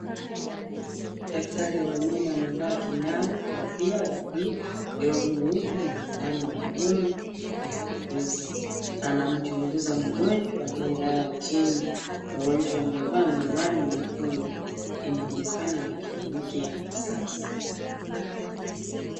Daktari wa meno amevaa kinyago, kofia ya buluu, glovu nyeupe na miwani maalum ya kukuza. Anamchunguza mgonjwa aliyelala chini. Mgonjwa amevaa miwani mekundu, inaonekana ni kliniki ya kisasa.